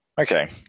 Okay